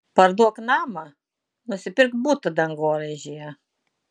parduok namą nusipirk butą dangoraižyje